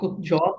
job